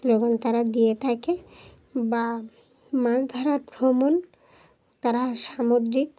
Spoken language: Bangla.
স্লোগান তারা দিয়ে থাকে বা মাছ ধরার ভ্রমণ তারা সামুদ্রিক